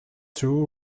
two